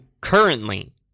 currently